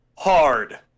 Hard